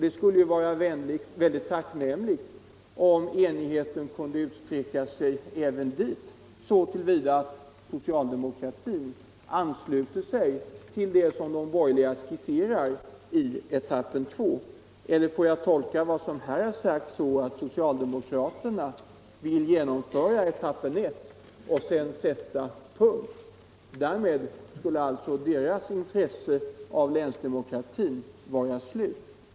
Det skulle vara mycket tacknämligt om enigheten kunde utsträcka sig även dit och att alltså socialdemokraterna ansluter sig till det som de borgerliga skisserat i etappen 2. Eller får jag tolka vad som här har sagts så att socialde mokraterna vill genomföra etappen 1 och sedan sätta punkt? Därmed skulle alltså deras intresse för länsdemokratin vara slut.